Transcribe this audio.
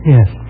Yes